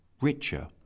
richer